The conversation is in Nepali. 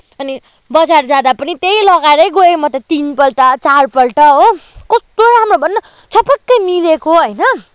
अनि बजार जाँदा पनि त्यही लगाएरै गएँ म त तिनपल्ट चारपल्ट हो कस्तो राम्रो भन न छपक्कै मिलेको होइन